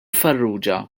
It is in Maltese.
farrugia